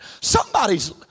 somebody's